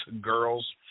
girls